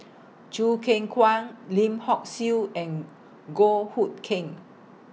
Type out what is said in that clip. Choo Keng Kwang Lim Hock Siew and Goh Hood Keng